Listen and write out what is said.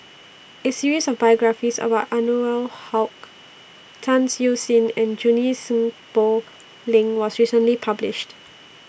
A series of biographies about Anwarul Haque Tan Siew Sin and Junie Sng Poh Leng was recently published